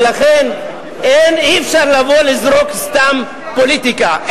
ולכן אי-אפשר לבוא, לזרוק סתם פוליטיקה.